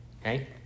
Okay